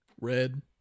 Red